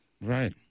Right